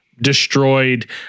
destroyed